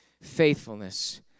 Faithfulness